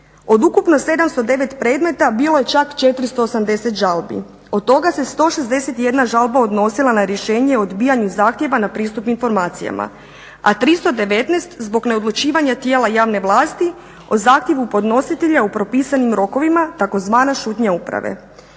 Od ukupno 709 predmeta bilo je čak 480 žalbi, od toga se 161 žalba odnosila na rješenje o odbijanju zahtjeva na pristup informacijama, a 319 zbog neodlučivanja tijela javne vlasti o zahtjevu podnositelja u propisanim rokovima tzv. šutnja uprave.